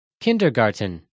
Kindergarten